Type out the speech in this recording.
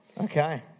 Okay